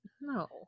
No